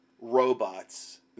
robots